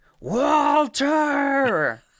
Walter